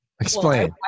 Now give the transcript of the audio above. explain